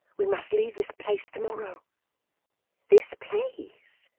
we must leave this place to-morrow this place!